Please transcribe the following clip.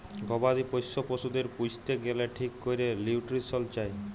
গবাদি পশ্য পশুদের পুইসতে গ্যালে ঠিক ক্যরে লিউট্রিশল চায়